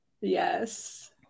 yes